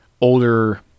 older